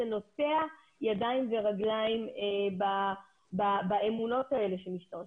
זה נוטע ידיים ורגליים באמונות האלה שמשתרשות.